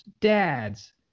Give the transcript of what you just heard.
dads